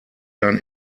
dann